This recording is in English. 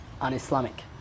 un-Islamic